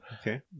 Okay